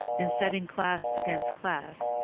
in setting class against class,